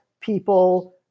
people